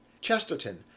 Chesterton